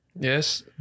Yes